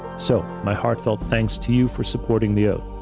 so, my heartfelt thanks to you for supporting the oath.